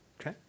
Okay